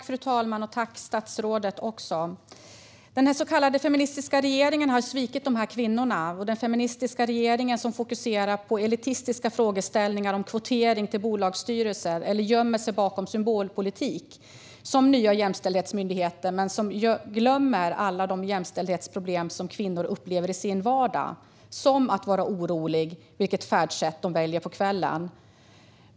Fru talman! Den så kallade feministiska regeringen har svikit dessa kvinnor. Denna feministiska regering fokuserar på elitistiska frågeställningar om kvotering till bolagsstyrelser eller gömmer sig bakom symbolpolitik, som den nya Jämställdhetsmyndigheten, men glömmer alla de jämställdhetsproblem som kvinnor upplever i sin vardag, som att vara oroliga för vilket färdsätt de ska välja på kvällen.